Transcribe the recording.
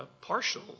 partial